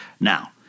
Now